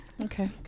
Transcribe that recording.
Okay